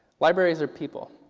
libraries are people.